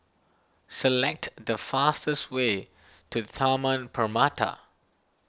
select the fastest way to Taman Permata